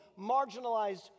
marginalized